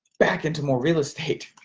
back into more real estate.